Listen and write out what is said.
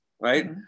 right